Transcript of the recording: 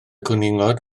cwningod